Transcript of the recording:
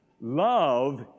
Love